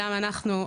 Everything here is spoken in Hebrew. גם אנחנו,